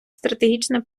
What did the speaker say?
стратегічне